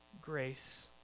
grace